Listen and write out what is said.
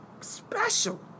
special